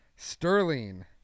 sterling